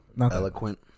eloquent